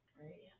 right